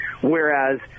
whereas